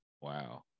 Wow